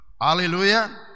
Hallelujah